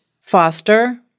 foster